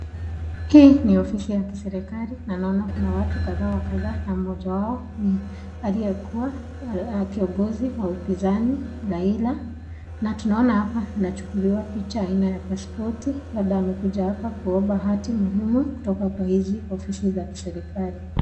Hii ni ofisi ya kiserikali na naona kuna watu kadhaa wa kadha na mmoja wao ni aliyekuwa kiongozi wa upinzani Raila na tunaona hapa anachukuliwa picha aina ya pasipoti labda amekuja hapa kuomba hati muhimu katoka kwa hizi ofisi za kiserikali.